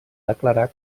declarar